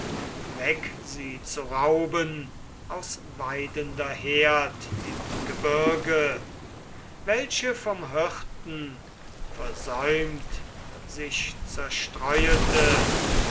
weg sie zu rauben aus weidender herd im gebirge welche vom hirten versäumt sich zerstreuete